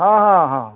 ହଁ ହଁ ହଁ